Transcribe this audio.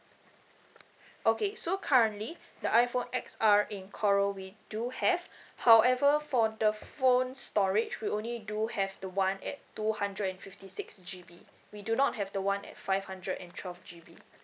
okay so currently the iphone X R in coral we do have however for the phone storage we only do have the one at two hundred and fifty six G_B we do not have the one at five hundred and twelve G_B